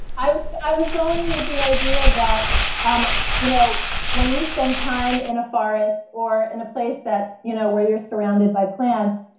i was i was going with the idea that um you know when you spend time in a forest or in a place you know where you're surrounded by plants,